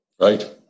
Right